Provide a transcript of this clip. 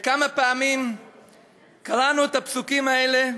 כמה פעמים קראנו את הפסוקים האלה,